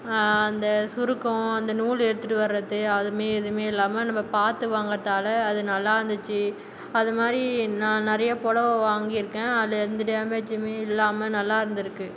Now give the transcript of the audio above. அந்த சுருக்கம் அந்த நூல் எடுத்துகிட்டு வரது அது மாரி எதுவுமே இல்லாமல் நம்ம பார்த்து வாங்கிறதால அது நல்லா இருந்துச்சு அது மாதிரி நான் நிறைய புடவ வாங்கியிருக்கேன் அதில் எந்த டேமேஜுமே இல்லாமல் நல்லா இருந்திருக்கு